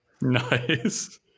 Nice